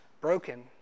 broken